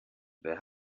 wer